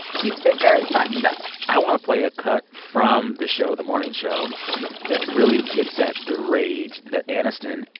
keeps it very buttoned up i want to play a cut from the show the morning show that really gets at the rage that aniston,